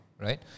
right